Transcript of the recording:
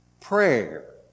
prayer